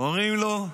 אומרים לו: